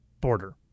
border